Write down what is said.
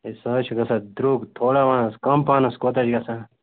ہے سُہ حظ گَژھان درٛۅگ تھوڑا وَن حظ کَم پہنس کوتاہ چھِ گَژھان